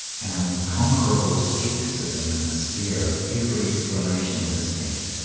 an unconquerable scepticism in the sphere of every explanation of this fact,